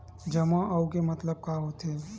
जमा आऊ के मतलब का होथे?